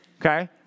Okay